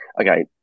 Okay